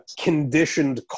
conditioned